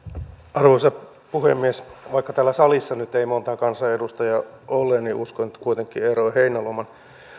arvoisa puhemies vaikka täällä salissa nyt ei montaa kansanedustajaa ole niin uskon että kuitenkin eero heinäluoman